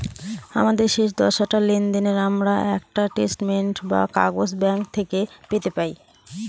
আমাদের শেষ দশটা লেনদেনের আমরা একটা স্টেটমেন্ট বা কাগজ ব্যাঙ্ক থেকে পেতে পাই